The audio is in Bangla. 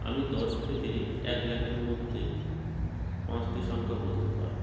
আমি দশ থেকে এক লাখের মধ্যে পাঁচটি সংখ্যা বলতে পারব